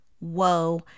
Whoa